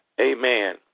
Amen